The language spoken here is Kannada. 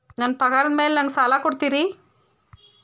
ನನ್ನ ಪಗಾರದ್ ಮೇಲೆ ನಂಗ ಸಾಲ ಕೊಡ್ತೇರಿ?